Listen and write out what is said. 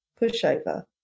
pushover